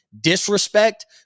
disrespect